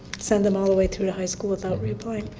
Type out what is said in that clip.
send them all the way through ah high school without reapplying.